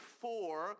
four